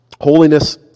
Holiness